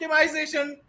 optimization